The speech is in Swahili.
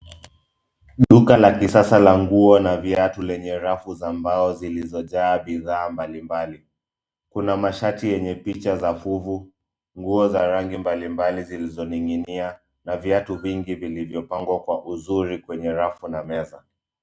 Duka la kisasa la nguo na viatu lenye rafu za mbao zilizojaa bidhaa mbali mbali. Kuna mashati yenye picha za vuvu, nguo za rangi mbali mbali zilizoning'inia na viatu vingi vilivyopangwa kwa vizuri kwenye rafu na meza.